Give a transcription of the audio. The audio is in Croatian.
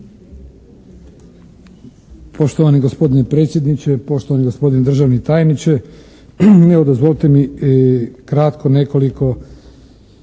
Poštovani gospodine predsjedniče, poštovani gospodine državni tajniče! Evo, dozvolite mi kratko nekoliko